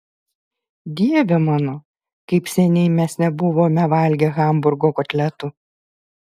dieve mano kaip seniai mes nebuvome valgę hamburgo kotletų